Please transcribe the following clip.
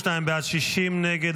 52 בעד, 60 נגד.